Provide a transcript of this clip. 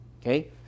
Okay